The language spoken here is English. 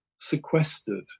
sequestered